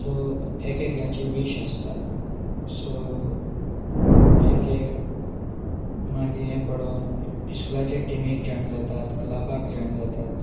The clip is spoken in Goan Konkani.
सो एक एकल्याची वीश आसता सो एक एक मागीर हे पळोवन इस्कुलाच्या टिमीक जॉयन जातात क्लबाक जॉयन जातात